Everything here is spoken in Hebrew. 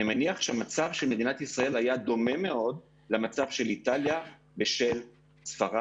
אני מניח שהמצב של מדינת ישראל היה דומה מאוד למצב של איטליה ושל ספרד,